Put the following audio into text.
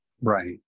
right